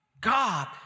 God